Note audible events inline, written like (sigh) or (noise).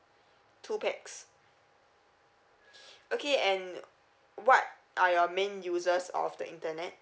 two pax (breath) okay and what are your main uses of the internet